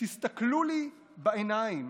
"תסתכלו לי בעיניים,